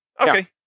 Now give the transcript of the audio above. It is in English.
Okay